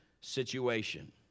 situation